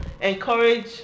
encourage